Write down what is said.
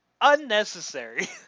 Unnecessary